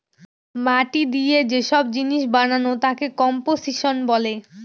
মাটি দিয়ে যে সব জিনিস বানানো তাকে কম্পোসিশন বলে